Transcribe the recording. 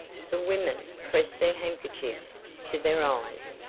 the women pressed their handkerchiefs to their eyes.